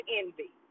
envy